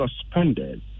suspended